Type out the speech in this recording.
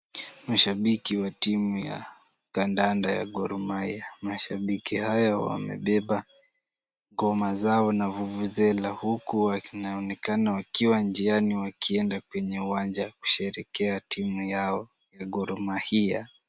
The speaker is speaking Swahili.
Mashabiki wa timu ya kandanda ya Gor Mahia. Mashabiki hayo wamebeba ngoma zao na vuvuzela huku wanaonekana wakiwa njiani wakienda kwenye uwanja kusherekea timu yao ya Gor Mahia.